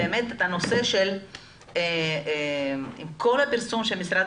באמת את הנושא של כל הפרסום של משרד